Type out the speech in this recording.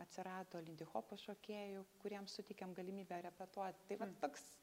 atsirado lindyhopo šokėjų kuriems suteikėm galimybę repetuot tai vat toks